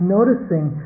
Noticing